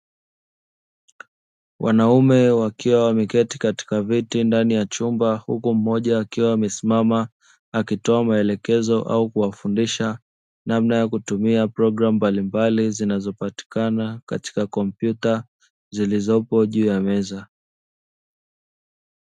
Wanaume wakiwa wameketi katika viti ndani ya chumba, huku mmoja akiwa amesimama akitoa maelekezo au kuwafundisha namna ya kutumia programu mbalimbali zinazopatikana katika kompyuta; zilizopo juu ya meza.